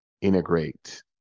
integrate